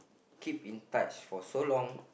keep in touch for so long